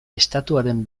estatuaren